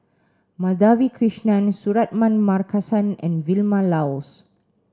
Madhavi Krishnan Suratman Markasan and Vilma Laus